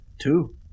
Two